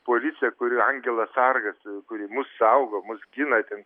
policija kuri angelas sargas kuri mus saugo mus gina ten